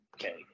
Okay